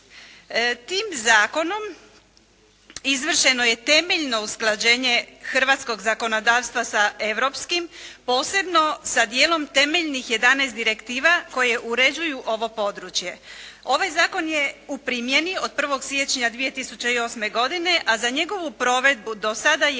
Tim zakonom izvršeno je temeljno usklađenje hrvatskog zakonodavstva sa europskim, posebno sa dijelom temeljnih 11 direktiva koje uređuju ovo područje. Ovaj zakon je u primjeni od 1. siječnja 2008. godine, a za njegovu provedbu do sada je